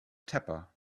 tepper